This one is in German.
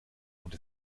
und